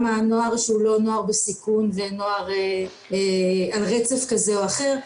הנוער שהוא לא נוער בסיכון ונוער על רצף כזה או אחר,